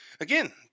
Again